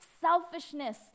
selfishness